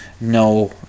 no